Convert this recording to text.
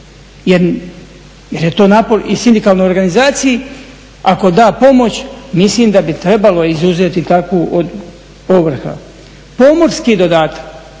jer je to napor i sindikalnoj organizaciji ako da pomoć, mislim da bi trebalo izuzeti takvu od ovrha. Pomorski dodatak,